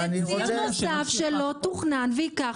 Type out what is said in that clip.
אני רוצה --- זה ציר נוסף שלא תוכנן וייקח